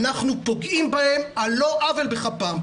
אנחנו פוגעים בהם על לא עוול בכפם,